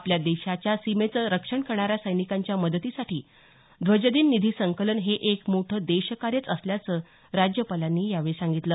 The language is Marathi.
आपल्या देशाच्या सीमेचं रक्षण करणाऱ्या सैनिकांच्या मदतीसाठी ध्वजदिन निधी संकलन हे एक मोठं देशकार्य असल्याचं राज्यपालांनी यावेळी सांगितलं